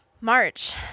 March